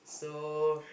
so